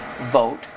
vote